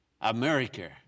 America